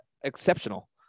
exceptional